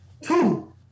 Two